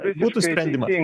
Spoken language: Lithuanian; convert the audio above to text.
būtų sprendimas